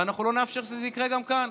ואנחנו לא נאפשר שזה יקרה גם כאן.